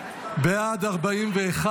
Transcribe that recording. בעד, 41,